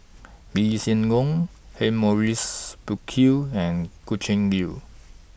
Lee Hsien Yang Humphrey Morrison Burkill and Gretchen Liu